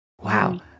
wow